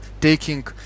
taking